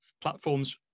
platforms